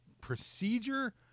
procedure